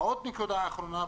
עוד נקודה אחרונה,